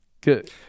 good